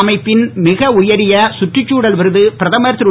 அமைப்பின் மிக உயரிய சுற்றுச்சூழல் விருது பிரதமர் திரு